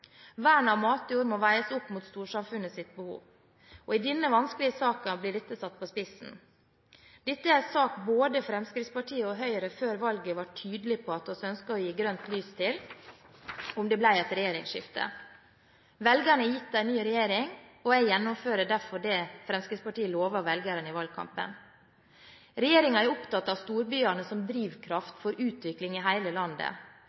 Vern av matjord må veies opp mot storsamfunnets behov. I denne vanskelige saken blir dette satt på spissen. Dette er en sak både Fremskrittspartiet og Høyre før valget var tydelig på at vi ønsket å gi grønt lys for om det ble regjeringsskifte. Velgerne har gitt en ny regjering, og jeg gjennomfører derfor det Fremskrittspartiet lovet velgerne i valgkampen. Regjeringen er opptatt av storbyene som drivkraft for utvikling i hele landet.